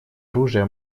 оружия